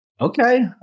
Okay